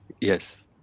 Yes